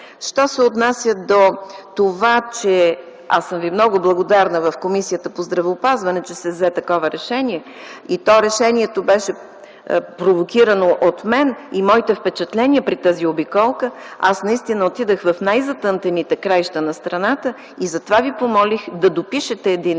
тогава отиваме към план „Б”. Аз съм Ви много благодарна, че в Комисията по здравеопазването се взе такова решение. То беше провокирано от мен и моите впечатления при тази обиколка. Аз наистина отидох в най-затънтените краища на страната. Затова Ви помолих да допишете един